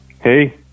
Hey